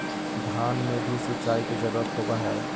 धान मे भी सिंचाई के जरूरत होब्हय?